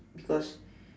because